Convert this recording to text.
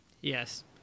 Yes